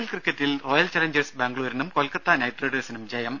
L ക്രിക്കറ്റിൽ Royal Challengers ബാംഗ്ലൂരിനും Kolkata Knight റൈഡേഴ്സിനും ജയം